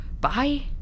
Bye